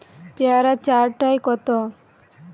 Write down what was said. পেয়ারা চার টায় কত?